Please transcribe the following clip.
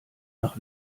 nach